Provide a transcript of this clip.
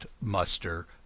muster